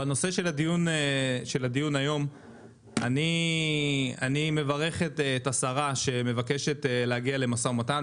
בנושא של הדיון היום אני מברך את השרה שמבקשת להגיע למשא ומתן.